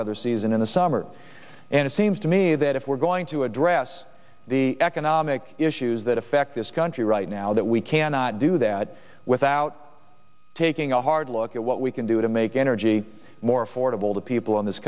weather season in the summer and it seems to me that if we're going to address the economic issues that affect this country right now that we cannot do that without taking a hard look at what we can do to make energy more affordable to people in this